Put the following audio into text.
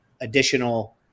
additional